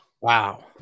Wow